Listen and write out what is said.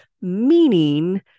meaning